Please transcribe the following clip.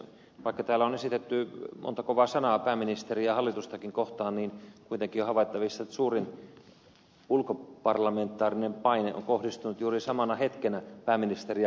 vaikka täällä on esitetty monta kovaa sanaa pääministeriä ja hallitustakin kohtaan niin kuitenkin on havaittavissa että suurin ulkoparlamentaarinen paine on kohdistunut juuri samana hetkenä pääministeriä kohtaan